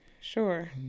Sure